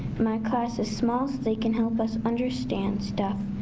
my class is small so they can help us understand stuff.